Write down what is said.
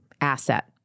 asset